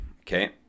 Okay